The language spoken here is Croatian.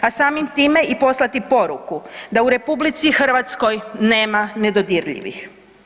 A samim time i poslati poruku da u RH nema nedodirljivih.